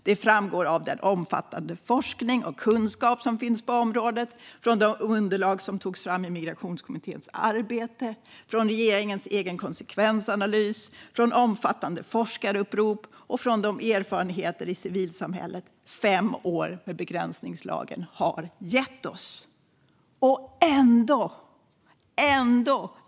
Det framgår av den omfattande forskning och kunskap som finns på området, från de underlag som togs fram i Migrationskommitténs arbete, från regeringens egen konsekvensanalys, från omfattande forskarupprop och från de erfarenheter i civilsamhället som fem år med begränsningslagen har gett oss. Och ändå - ändå!